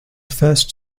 first